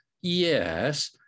yes